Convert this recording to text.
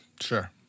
sure